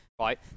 Right